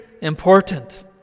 important